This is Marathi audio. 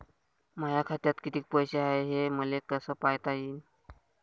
माया खात्यात कितीक पैसे हाय, हे मले कस पायता येईन?